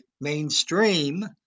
mainstream